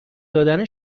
دادن